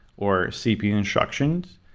or cpu instructions,